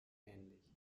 ähnlich